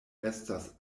estas